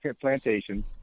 plantation